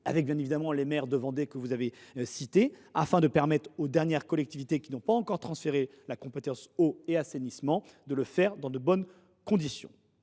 et avec les maires de Vendée que vous avez cités, afin de permettre aux dernières collectivités qui n’ont pas encore transféré la compétence « eau et assainissement » de le faire dans de bonnes conditions.